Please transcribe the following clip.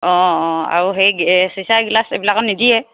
অঁ অঁ আৰু সেই চিচাৰ গিলাছ এইবিলাকত নিদিয়ে